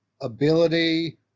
ability